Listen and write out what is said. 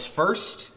first